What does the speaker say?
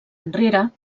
enrere